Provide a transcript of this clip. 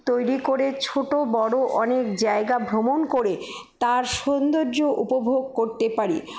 তৈরি করে ছোটো বড়ো অনেক জায়গা ভ্রমণ করে তার সৌন্দর্য উপভোগ করতে পারি